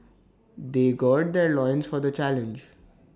they gird their loins for the challenge